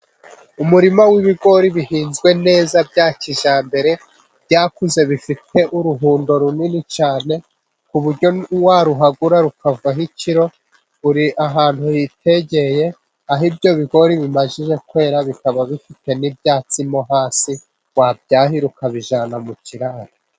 Umurima w'ibigori bihinzwe neza bya kijyambere, byakuze bifite uruhundo runini cyane, ku buryo waruhagura rukavaho ikiro. Ruri ahantu hitegeye aho ibyo bigori bimaze kwera bikaba bifite n'ibyatsi mo hasi wabyahira ukabijyana mu ikiraro.